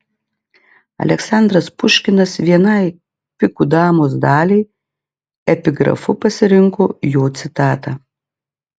aleksandras puškinas vienai pikų damos daliai epigrafu pasirinko jo citatą